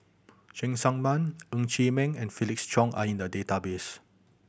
Cheng Tsang Man Ng Chee Meng and Felix Cheong are in the database